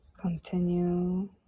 Continue